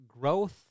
Growth